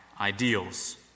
ideals